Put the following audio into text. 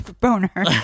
boner